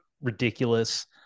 ridiculous